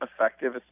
effective